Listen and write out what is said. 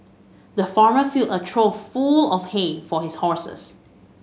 the farmer filled a trough full of hay for his horses